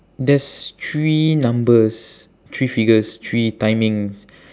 there's three numbers three figures three timings